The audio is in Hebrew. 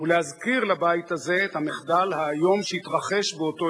ולהזכיר לבית הזה את המחדל האיום שהתרחש באותו